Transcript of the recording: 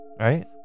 Right